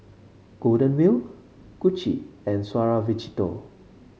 Golden Wheel Gucci and Suavecito